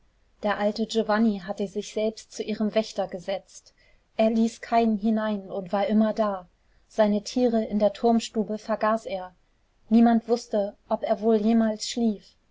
der alte giovanni hatte sich selbst zu ihrem wächter gesetzt er ließ keinen hinein und war immer da seine tiere in der turmstube vergaß er niemand wußte ob er wohl jemals schlief